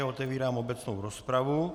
Otevírám obecnou rozpravu.